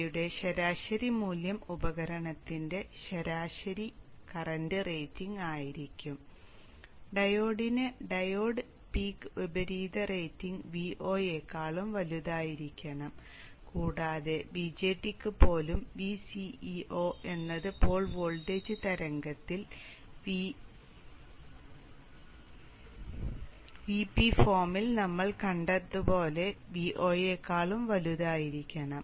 അവയുടെ ശരാശരി മൂല്യം ഉപകരണത്തിന്റെ ശരാശരി കറന്റ് റേറ്റിംഗ് ആയിരിക്കും ഡയോഡിന് ഡയോഡ് പീക്ക് വിപരീത റേറ്റിംഗ് Vo യെക്കാൾ വലുതായിരിക്കണം കൂടാതെ BJT യ്ക്ക് പോലും VCEO എന്നത് പോൾ വോൾട്ടേജ് തരംഗത്തിൽ VP ഫോമിൽ നമ്മൾ കണ്ടതുപോലെ Vo യെക്കാൾ വലുതായിരിക്കണം